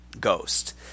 ghost